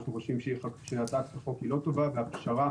אנחנו חושבים שהצעת החוק היא לא טובה והפשרה